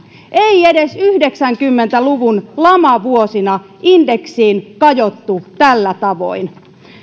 ei edes yhdeksänkymmentä luvun lamavuosina indeksiin kajottu tällä tavoin